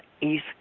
East